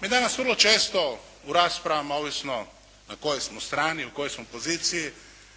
Mi danas vrlo često u raspravama, ovisno na kojoj smo strani, u kojoj smo poziciji,